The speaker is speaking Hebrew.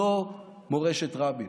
זו מורשת רבין,